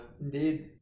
Indeed